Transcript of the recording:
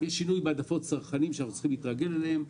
יש שינוי בהעדפות צרכנים שאנחנו צריכים להתרגל אליו,